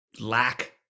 lack